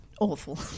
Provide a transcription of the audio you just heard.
awful